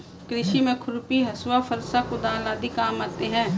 कृषि में खुरपी, हँसुआ, फरसा, कुदाल आदि काम आते है